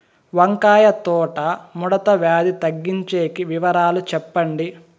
వంకాయ తోట ముడత వ్యాధి తగ్గించేకి వివరాలు చెప్పండి?